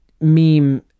meme